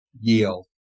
yield